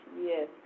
Yes